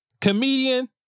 comedian